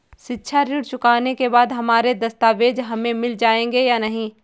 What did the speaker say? शिक्षा ऋण चुकाने के बाद हमारे दस्तावेज हमें मिल जाएंगे या नहीं?